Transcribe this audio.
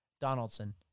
Donaldson